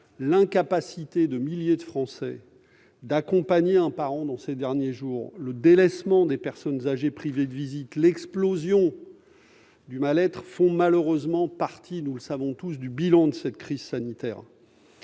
L'incapacité de milliers de Français à accompagner un parent dans ses derniers jours, le délaissement des personnes âgées privées de visites, l'explosion du mal-être, font malheureusement partie du bilan de la crise sanitaire.